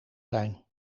zijn